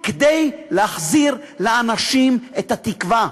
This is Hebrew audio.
כדי להחזיר לאנשים את התקווה,